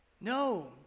No